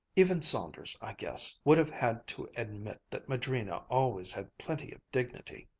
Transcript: even saunders, i guess, would have had to admit that madrina always had plenty of dignity.